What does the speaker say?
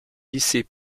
lycées